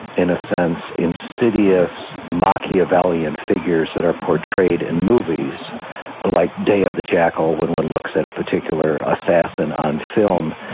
in a sense, insidious machiavellian figures that are portrayed in movies like day of the jackal when one looks at a particular assassin on film,